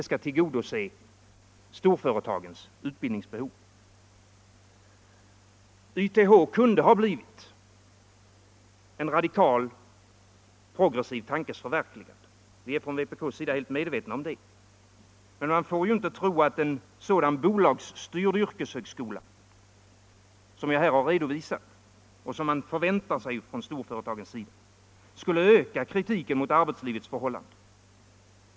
YTH skall tillgodose storföretagens utbildningsbehov. YTH kunde ha blivit en radikal progressiv tankes förverkligande. I vpk är vi fullt medvetna om det. Men man får inte tro att en sådan bolagsstyrd yrkeshögskola, som jag här har redovisat och som storföretagen förväntar sig att det skall bli, skulle öka kritiken mot arbetslivets förhållanden.